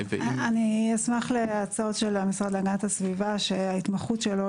אשמח להצעות של המשרד להגנת הסביבה שההתמחות שלו